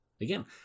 Again